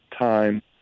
time